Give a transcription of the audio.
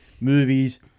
movies